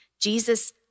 Jesus